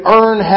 earn